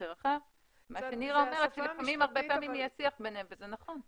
נירה אומרת שלפעמים הרבה פעמים יש שיח ביניהם וזה נכון.